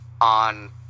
on